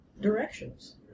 directions